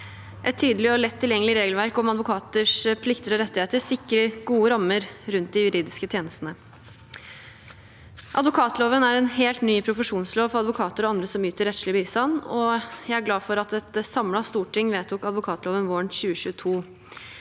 Et tydelig og lett tilgjengelig regelverk om advokaters plikter og rettigheter sikrer gode rammer rundt de juridiske tjenestene. Advokatloven er en helt ny profesjonslov for advokater og andre som yter rettslig bistand, og jeg er glad for at et samlet storting vedtok advokatloven våren 2022.